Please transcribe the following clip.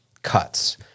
cuts